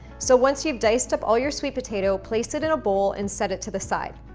so once you've diced up all your sweet potato, place it in a bowl and set it to the side.